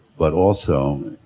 but also